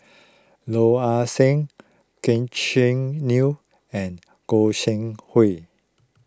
Yeo Ah Seng Gretchen new and Goi Seng Hui